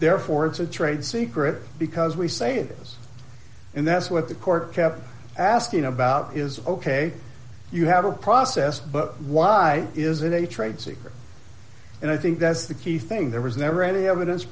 therefore it's a trade secret because we say it is and that's what the court kept asking about is ok you have a process but why is it a trade secret and i think that's the key thing there was never any evidence